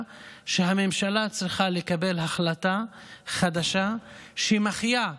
שהממשלה צריכה לקבל החלטה חדשה שמחיה,